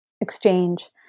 exchange